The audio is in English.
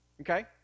Okay